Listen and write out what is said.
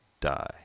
die